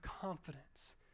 confidence